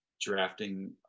drafting